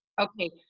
okay